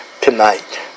tonight